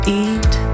eat